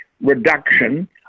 reduction